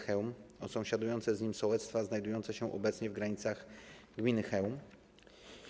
Chełm o sąsiadujące z nim sołectwa znajdujące się obecnie w granicach gminy Chełm.